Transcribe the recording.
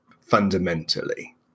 fundamentally